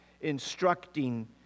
instructing